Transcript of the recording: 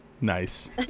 Nice